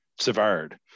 Savard